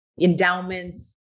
endowments